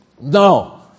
No